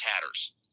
tatters